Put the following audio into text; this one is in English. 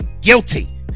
guilty